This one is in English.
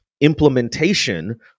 implementation